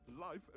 life